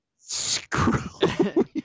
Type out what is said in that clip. screw